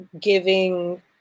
giving